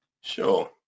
Sure